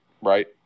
right